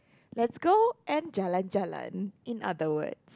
let's go and jalan-jalan in other words